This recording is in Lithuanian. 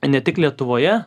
ne tik lietuvoje